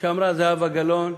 שאמרה זהבה גלאון,